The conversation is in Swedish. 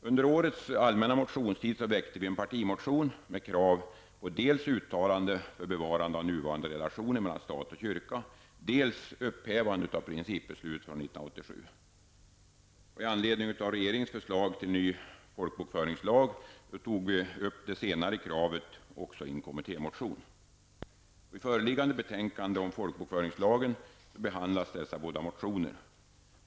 Under årets allmänna motionstid väckte vi en partimotion med krav på dels uttalande för bevarande av de nuvarande relationerna mellan kyrka och stat, dels upphävande av principbeslutet från 1987. I anledning av regeringens förslag till ny folkbokföringslag tog vi upp det senare kravet också i en kommittémotion. I föreliggande betänkande om folkbokföringslagen behandlas dessa båda motioner.